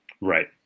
Right